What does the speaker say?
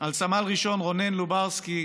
על סמל ראשון רונן לוברסקי,